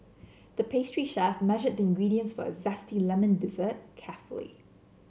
the pastry chef measured the ingredients for a zesty lemon dessert carefully